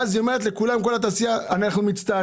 ואז היא אומרת לכל התעשייה מצטערים,